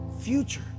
future